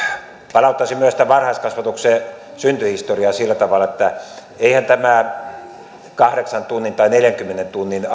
palauttaisin myös tämän varhaiskasvatuksen syntyhistorian sillä tavalla että eihän tämä kahdeksan tunnin tai neljänkymmenen tunnin